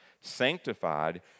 sanctified